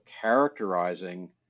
characterizing